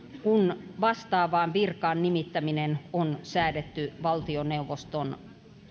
kun vastaavaan virkaan nimittäminen on säädetty valtioneuvoston